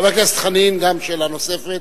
חבר הכנסת חנין, גם שאלה נוספת.